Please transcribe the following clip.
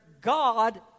God